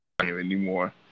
anymore